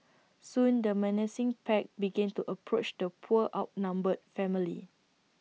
soon the menacing pack began to approach the poor outnumbered family